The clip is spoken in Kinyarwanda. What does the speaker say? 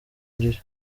buriri